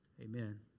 Amen